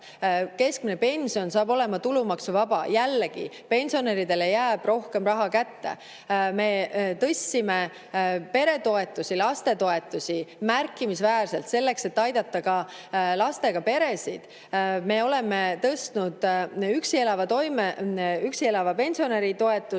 Keskmine pension saab olema tulumaksuvaba. Jällegi pensionäridele jääb rohkem raha kätte. Me tõstsime peretoetusi, lastetoetusi märkimisväärselt, selleks et aidata ka lastega peresid. Me oleme tõstnud üksi elava pensionäri toetust